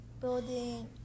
building